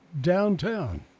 downtown